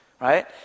right